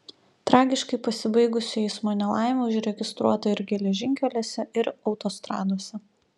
tragiškai pasibaigusių eismo nelaimių užregistruota ir geležinkeliuose ir autostradose